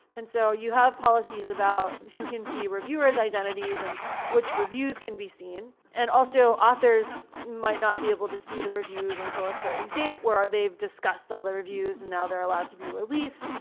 and so you have policies about who can see reviewer s identities, and which reviews can be seen. and also, authors might not be able to see the reviews until a certain date where they've discussed all the reviews and now they're allowed to be released,